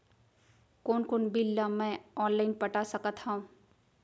कोन कोन बिल ला मैं ऑनलाइन पटा सकत हव?